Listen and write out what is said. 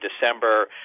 December